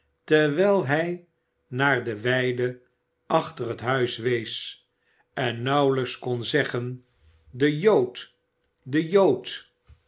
terwijl hij naar de weide achter het huis wees en nauwelijks kon zeggen de jood de jood